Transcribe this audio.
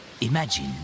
Imagine